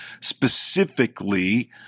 specifically